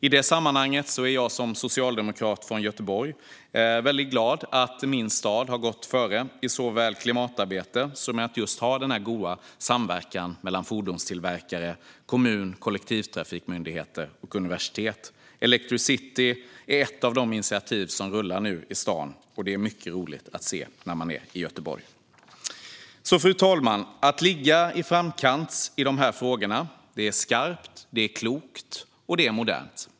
I det sammanhanget är jag som socialdemokrat från Göteborg väldigt glad över att min stad har gått före såväl i klimatarbete som i att just ha denna goda samverkan med mellan fordonstillverkare, kommun, kollektivtrafikmyndigheter och universitet. Electricity är ett av de initiativ som rullar nu i stan, och det är mycket roligt att se när man är i Göteborg. Fru talman! Att ligga i framkant i de här frågorna är skarpt, det är klokt och det är modernt.